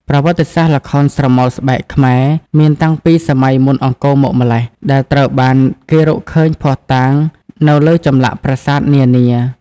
ប្រវត្តិសាស្ត្រល្ខោនស្រមោលស្បែកខ្មែរមានតាំងពីសម័យមុនអង្គរមកម្ល៉េះ ដែលត្រូវបានគេរកឃើញភស្តុតាងនៅលើចម្លាក់ប្រាសាទនានា។